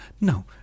No